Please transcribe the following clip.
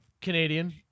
Canadian